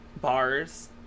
bars